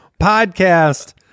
podcast